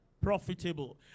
Profitable